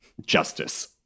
justice